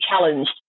challenged